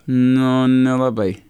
nu nelabai